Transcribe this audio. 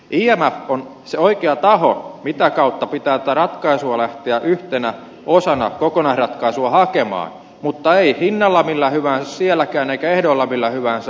imf on se oikea taho mitä kautta pitää tätä ratkaisua lähteä yhtenä osana kokonaisratkaisua hakemaan mutta ei hinnalla millä hyvänsä sielläkään eikä ehdoilla millä hyvänsä